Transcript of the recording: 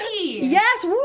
Yes